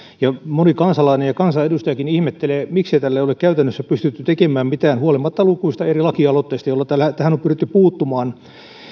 ja moni kansalainen ja kansanedustajakin ihmettelee miksei tälle ole käytännössä pystytty tekemään mitään huolimatta lukuisista eri lakialoitteista joilla tähän on pyritty puuttumaan